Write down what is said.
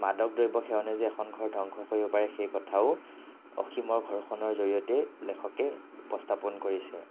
মাদক দ্ৰব্য সেৱনে যে এখন ঘৰ ধ্বংস কৰিব পাৰে সেই কথাও অসীমৰ ঘৰখনৰ জৰিয়তে লেখকে উপস্থাপন কৰিছে